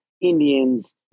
Indians